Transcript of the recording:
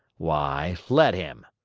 why, let him